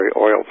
oil